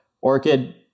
orchid